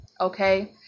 Okay